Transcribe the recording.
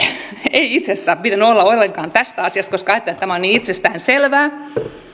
ei itse asiassa pitänyt olla ollenkaan tästä asiasta koska ajattelin että tämä on niin itsestään selvää